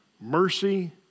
mercy